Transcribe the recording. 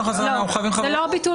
זה לא ביטול